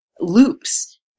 loops